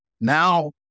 now